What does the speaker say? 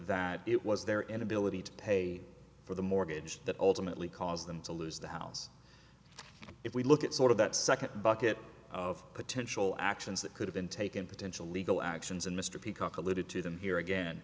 that it was their inability to pay for the mortgage that ultimately caused them to lose the house if we look at sort of that second bucket of potential actions that could have been taken potential legal actions and mr peacocke alluded to them here again